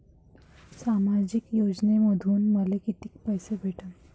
सामाजिक योजनेमंधून मले कितीक पैसे भेटतीनं?